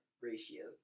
ratio